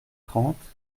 trente